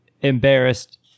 embarrassed